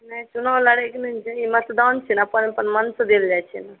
सुनऽवला नहि ई मतदान छीयै अपन अपन मनसे देल जाइ छै ने